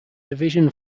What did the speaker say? division